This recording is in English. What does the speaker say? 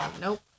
Nope